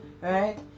right